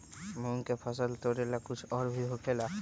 मूंग के फसल तोरेला कुछ और भी होखेला?